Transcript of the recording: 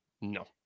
No